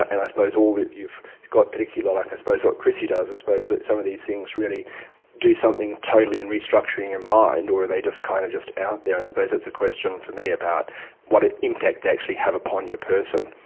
and i suppose all that you've got, particularly like i suppose what krissy does, but some of these things really do something totally in restructuring your mind, or are they just kind of just out there? and i suppose that's a question for me about what ah impact they actually have upon your person,